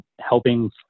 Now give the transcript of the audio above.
helping